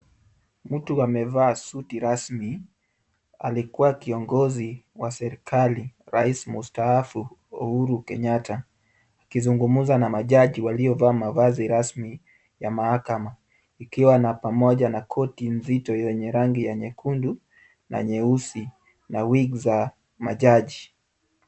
Mtu amevaa suti rasmi alikuwa kiongozi wa serikali rais mstaafu Uhuru Kenyatta akizungumza na majaji waliovaa mavazi rasmi ya mahakama ikiwa na pamoja na koti nzito yenye rangi ya nyekundu na nyeusi na wig za majaji.